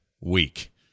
week